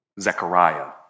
Zechariah